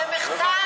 זה מחטף.